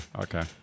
Okay